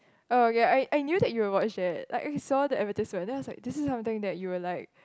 oh ya I I knew that you would watch like I saw the advertisement then I was like this is something that you would like